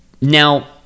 Now